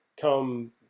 come